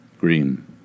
Green